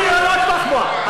אני לא אתמוך בה.